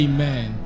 Amen